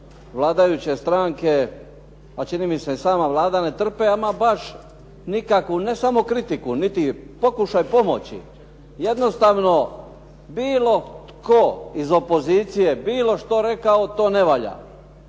vladajuće stranke, a čini mi se i sama Vlada ne trpe ama baš nikakvu, ne samo kritiku, niti pokušaj pomoći. Jednostavno bilo tko iz opozicije bilo što rekao, to ne valja.